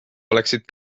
oleksid